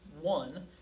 one